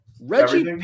Reggie